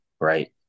right